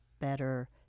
better